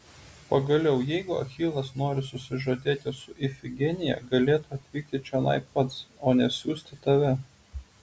pagaliau jeigu achilas nori susižadėti su ifigenija galėtų atvykti čionai pats o ne siųsti tave